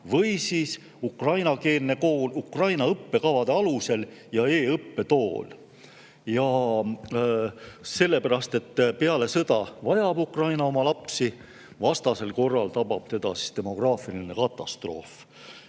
või ukrainakeelne kool Ukraina õppekavade alusel ja e‑õppetool. Sellepärast et peale sõda vajab Ukraina oma lapsi, vastasel korral tabab teda demograafiline katastroof.